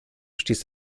stehst